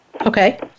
Okay